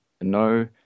no